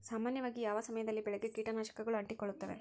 ಸಾಮಾನ್ಯವಾಗಿ ಯಾವ ಸಮಯದಲ್ಲಿ ಬೆಳೆಗೆ ಕೇಟನಾಶಕಗಳು ಅಂಟಿಕೊಳ್ಳುತ್ತವೆ?